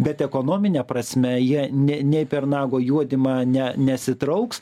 bet ekonomine prasme jie nė nė per nago juodymą ne nesitrauks